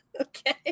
Okay